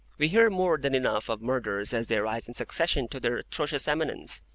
we hear more than enough of murderers as they rise in succession to their atrocious eminence,